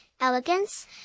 elegance